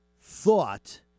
thought